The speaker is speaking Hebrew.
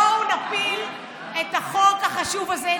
בואו נפיל את החוק החשוב הזה,